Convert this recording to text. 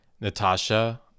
Natasha